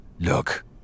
Look